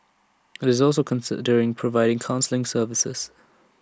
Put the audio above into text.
IT is also considering providing counselling services